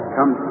Come